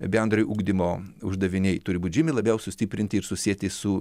bendrojo ugdymo uždaviniai turi būt žymiai labiau sustiprinti ir susieti su